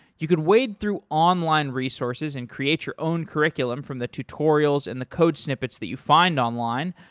you could wade through online resources and create your own curriculum from the tutorials and the code snippets that you find online,